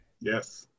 Yes